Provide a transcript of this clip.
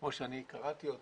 כמו שאני קראתי אותו,